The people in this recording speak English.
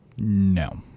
No